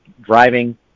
driving